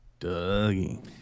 Dougie